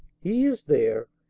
he is there,